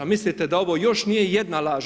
Mislite da ovo još nije jedna laž?